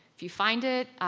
if you find it,